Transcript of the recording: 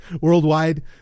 Worldwide